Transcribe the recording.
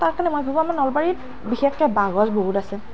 তো তাৰকাৰণে মই ভাবোঁ আমাৰ নলবাৰীত বিশেষকৈ বাঁহগছ বহুত আছে